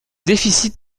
déficit